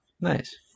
nice